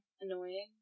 Annoying